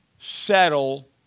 settle